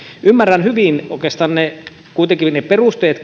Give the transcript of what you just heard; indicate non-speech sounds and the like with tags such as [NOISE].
ymmärrän kuitenkin hyvin oikeastaan nekin perusteet [UNINTELLIGIBLE]